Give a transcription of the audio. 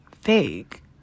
fake